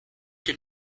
den